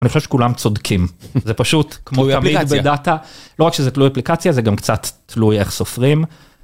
אני חושב שכולם צודקים זה פשוט כמו דאטה לא רק שזה תלוי אפליקציה זה גם קצת תלוי איך סופרים.